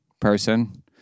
person